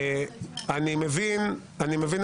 קיבלתי